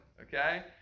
Okay